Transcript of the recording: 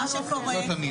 לא אמרנו אחרת.